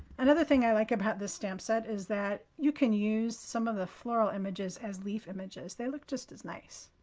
another thing i like about this stamp set is that you can use some of the floral images as leaf images. they look just as nice.